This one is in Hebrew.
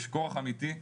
יש כורח אמיתי,